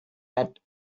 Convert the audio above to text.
met